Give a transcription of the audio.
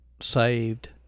saved